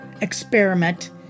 experiment